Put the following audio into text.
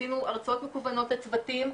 עשינו הרצאות מקוונות לצוותים,